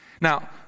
Now